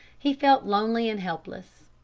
he felt lonely and helpless.